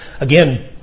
Again